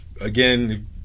again